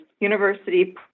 university